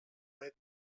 night